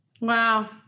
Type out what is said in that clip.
Wow